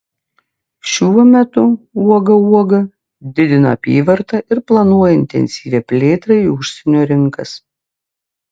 šiuo metu uoga uoga didina apyvartą ir planuoja intensyvią plėtrą į užsienio rinkas